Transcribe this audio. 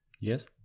yes